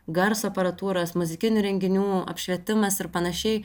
garso aparatūros muzikinių renginių apšvietimas ir panašiai